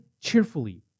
cheerfully